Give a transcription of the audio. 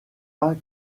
pas